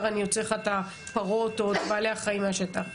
אני אוציא לך את הפרות או את בעלי החיים מהשטח.